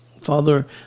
Father